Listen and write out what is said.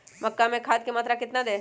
मक्का में खाद की मात्रा कितना दे?